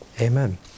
Amen